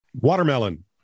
Watermelon